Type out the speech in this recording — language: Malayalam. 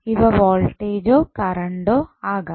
ഇവ വോൾട്ടേജ്ജോ കറണ്ടോ ആകാം